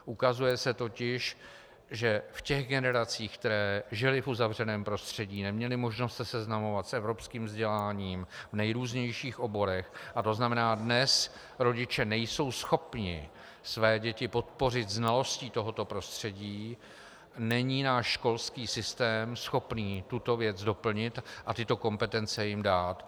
Ukazuje se totiž, že v těch generacích, které žily v uzavřeném prostředí, neměly možnost se seznamovat s evropským vzděláním v nejrůznějších oborech, a to znamená, dnes rodiče nejsou schopni své děti podpořit znalostí tohoto prostředí, není náš školský systém schopen tuto věc doplnit a tyto kompetence jim dát.